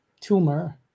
tumor